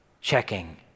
checking